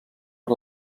per